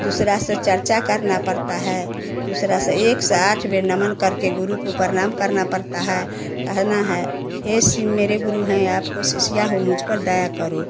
दूसरा से चर्चा करना पड़ता है दूसरा से एक सौ आठ बार नमन करके गुरु को प्रणाम करना पड़ता है कहना है हे शिव मेरे गुरु हैं आपको शिष्या हूँ मुझ पर दया करो